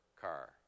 Car